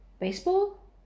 baseball